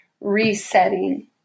resetting